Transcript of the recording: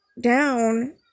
down